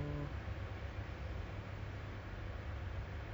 dia kerja as uh apa tu